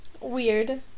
Weird